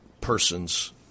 person's